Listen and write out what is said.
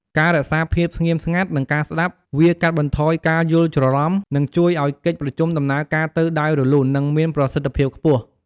ការរក្សាភាពស្ងៀមស្ងាត់ និងការស្តាប់ វាកាត់បន្ថយការយល់ច្រឡំ និងជួយឲ្យកិច្ចប្រជុំដំណើរការទៅដោយរលូន និងមានប្រសិទ្ធិភាពខ្ពស់។